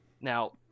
Now